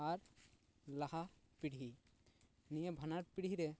ᱟᱨ ᱞᱟᱦᱟ ᱯᱤᱲᱦᱤ ᱱᱤᱭᱟᱹ ᱵᱟᱱᱟᱨ ᱯᱤᱲᱦᱤ ᱨᱮ